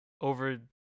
over